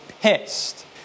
pissed